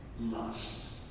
lust